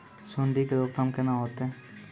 सुंडी के रोकथाम केना होतै?